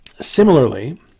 Similarly